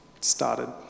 started